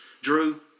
Drew